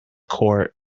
court